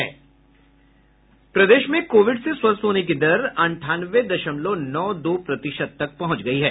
प्रदेश में कोविड से स्वस्थ होने की दर अंठानवे दशमलव नौ दो प्रतिशत तक पहुंच गई है